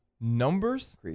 numbers